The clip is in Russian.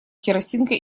керосинка